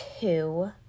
two